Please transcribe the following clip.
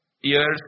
years